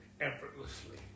effortlessly